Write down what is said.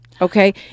Okay